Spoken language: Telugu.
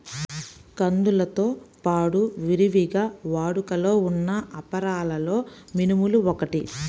కందులతో పాడు విరివిగా వాడుకలో ఉన్న అపరాలలో మినుములు ఒకటి